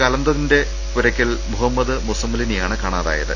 കലന്തത്തിന്റെ പുരക്കൽ മുഹമ്മദ് മുസമ്മിലിനെയാണ് കാണാതായത്